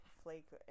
flake